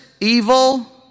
evil